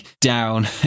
down